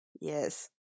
Yes